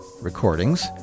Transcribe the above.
recordings